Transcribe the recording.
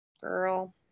Girl